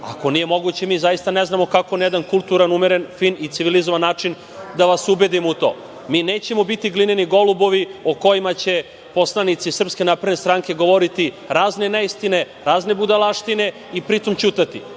Ako nije moguće, mi zaista ne znamo kako na jedan kulturan, umeren, fin i civilizovan način da vas ubedimo u to. Mi nećemo biti glineni golubovi o kojima će poslanici SNS govoriti razne neistine, razne budalaštine i pritom ćutati.